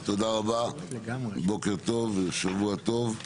בוקר טוב ושבוע טוב.